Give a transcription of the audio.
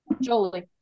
Jolie